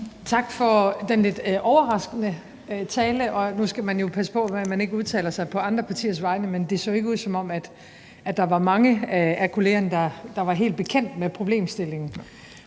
Tak for den lidt overraskende tale. Nu skal man jo passe på med at udtale sig på andre partiers vegne, men det så ikke ud, som om der var mange af kollegerne, der var helt bekendt med problemstillingen.